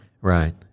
Right